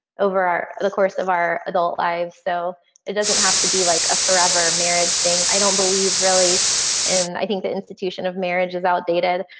over the course of our adult lives, so it doesn't have to be like a forever marriage thing. i don't believe really and i think the institution of marriage is outdated.